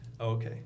Okay